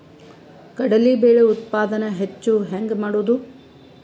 ಕಡಲಿ ಬೇಳೆ ಉತ್ಪಾದನ ಹೆಚ್ಚು ಹೆಂಗ ಮಾಡೊದು?